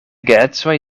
geedzoj